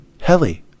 heli